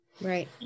Right